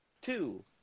Two